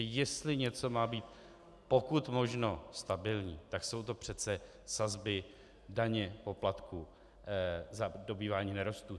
Jestli něco má být pokud možno stabilní, jsou to přece sazby daně, poplatků za dobývání nerostů.